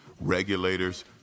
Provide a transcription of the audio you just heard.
regulators